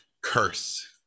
curse